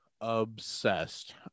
obsessed